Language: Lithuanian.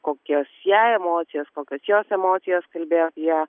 kokios jai emocijos kokios jos emocijos kalbėjo apie ją